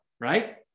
right